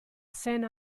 saint